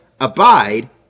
abide